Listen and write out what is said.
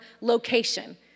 location